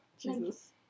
Jesus